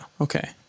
okay